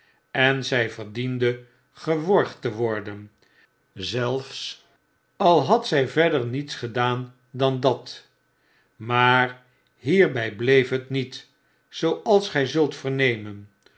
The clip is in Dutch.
enzy verdiendegeworgd te worden zelfs al had zfl verder niets gedaan dan dat maar hierby bleef het niet zooals gy zult vernemen